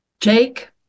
Jake